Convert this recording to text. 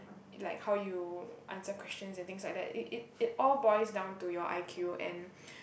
like how you answer questions and things like that it it it all boils down to your I_Q and